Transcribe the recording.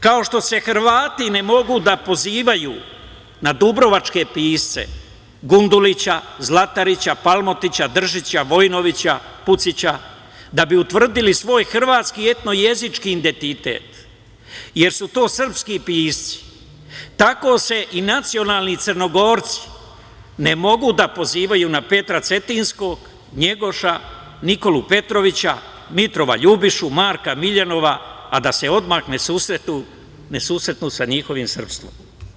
Kao što se Hrvati ne mogu da pozivaju na dubrovačke pisce - Gundulića, Zlatarića, Palmotića, Držića, Vojinovića, Pucića, da bi utvrdili svoj hrvatski i etno jezički identitet, jer su to srpski pisci, tako se i nacionalni Crnogorci ne mogu da pozivaju na Petra Cetinjskog Njegoša, Nikolu Petrovića, Mitrova Ljubišu, Marka Miljanova, a da se odmah ne susretnu sa njihovim srpstvom.